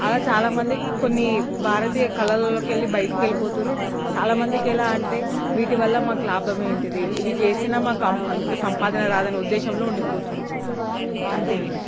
అలా చాలామంది కొన్ని భారతీయ కళలోకి వెళ్ళీ బయటికి వెళ్ళిపోతున్నారు చాలామందికి ఎలా అంటే వీటి వల్ల మాకు లాభం ఏంటి ఇవి చేసినా మాకు అంత సంపాదన రాదని ఉద్దేశంలో ఉండిపోతున్నారు అంతే ఈ రోజుకి